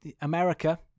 America